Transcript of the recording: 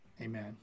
Amen